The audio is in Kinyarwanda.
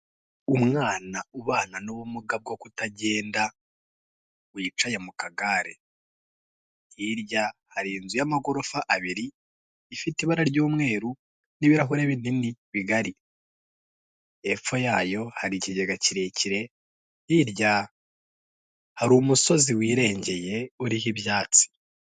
Umwana ubana n'ubumuga bwo kutagenda, wicaye mu kagare. Hirya hari inzu y'amagorofa abiri ifite ibara ry'umweru n'ibirahure binini bigari. Hepfo yayo hari ikigega kirekire, hirya hari umusozi wirengeye uriho ibyatsi.